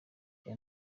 aya